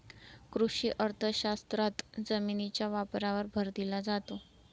कृषी अर्थशास्त्रात जमिनीच्या वापरावर भर दिला जातो